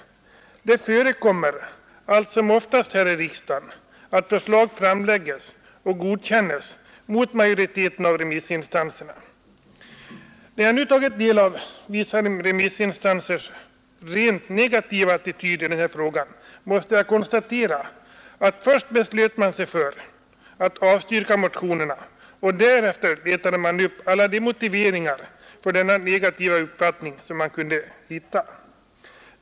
Det förekommer allt som oftast här i riksdagen att förslag framläggs och godkänns mot majoriteten av remissinstanser. När jag nu har tagit del av vissa remissinstansers rent negativa attityd i den här frågan måste jag konstatera att man först har beslutat sig för att avstyrka motionerna och därefter letat upp alla motiveringar för denna negativa uppfattning som Nr 79 man kunde hitta.